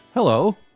Hello